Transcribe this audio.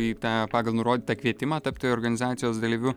į tą pagal nurodytą kvietimą tapti organizacijos dalyviu